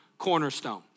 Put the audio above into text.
cornerstone